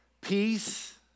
Peace